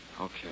Okay